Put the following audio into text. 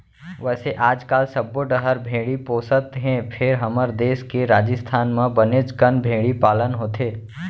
वैसे आजकाल सब्बो डहर भेड़ी पोसत हें फेर हमर देस के राजिस्थान म बनेच कन भेड़ी पालन होथे